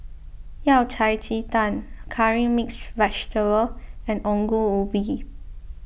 Yao Cai Ji Tang Curry Mixed Vegetable and Ongol Ubi